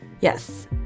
Yes